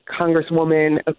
Congresswoman